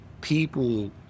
people